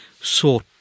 sought